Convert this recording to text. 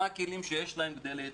מה הכלים שיש להם כדי להתמודד.